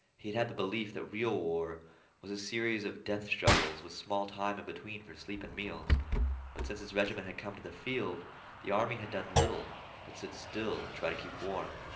had had the belief that real war was a series of death struggles with small time in between for sleep and meals but since his regiment had come to the field the army had done little but sit still and try to keep warm.